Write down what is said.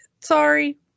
Sorry